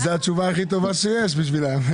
זאת התשובה הכי טובה שיש בשבילה.